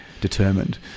determined